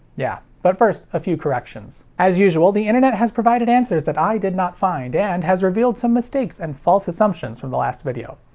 yeah. but first, a few corrections. as usual, the internet has provided answers that i did not find, and has revealed some mistakes and false assumption from the last video.